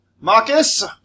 Marcus